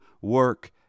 work